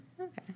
Okay